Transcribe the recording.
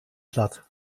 platt